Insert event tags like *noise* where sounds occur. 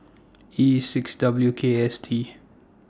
*noise* E six W K S T